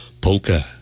Polka